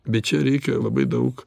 bet čia reikia labai daug